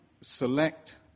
select